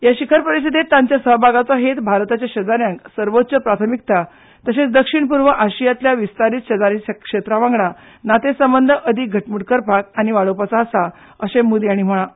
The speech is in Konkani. हे शिखर परिशदेंत तांच्या सहभागाचो हेत भारताच्या शेजाऱ्यांक सर्वोच्च प्राथमिकता तशेंच दक्षीण पूर्व आशियांतल्या विस्तारीत शेजारी क्षेत्रा वांगडा नाते संबंद अदीक घटमूट करपाक आनी वाडोवपाचो आसा अशेंय मोदी हांणी म्हळां